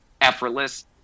effortless